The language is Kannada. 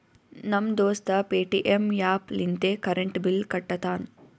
ನಮ್ ದೋಸ್ತ ಪೇಟಿಎಂ ಆ್ಯಪ್ ಲಿಂತೆ ಕರೆಂಟ್ ಬಿಲ್ ಕಟ್ಟತಾನ್